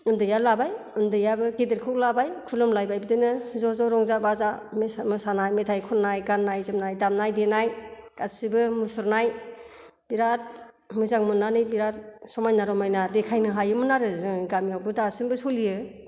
उन्दैया लाबाय उन्दैयाबो गेदेरखौ लाबाय खुलुमलायबाय बिदिनो ज'ज' रंजा बाजा मोसाना मेथाइ खननाय गाननाय जोमनाय दामनाय देनाय गासिबो मुसुरनाय बिराद मोजां मोननानै बिराद समायना रमायना देखायनो हायोमोन आरो जों गामियावबो दासिमबो सलियो